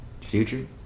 future